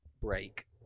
break